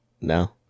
no